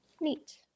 neat